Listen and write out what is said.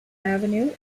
avenue